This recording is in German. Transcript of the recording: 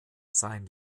sein